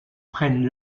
prennent